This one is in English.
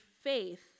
faith